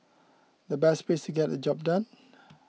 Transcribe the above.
the best place to get the job done